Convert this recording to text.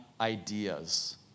ideas